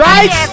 Right